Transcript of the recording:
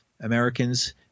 Americans